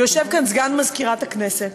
ויושב פה סגן מזכירת הכנסת,